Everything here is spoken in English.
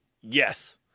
Yes